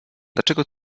dlaczego